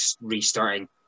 restarting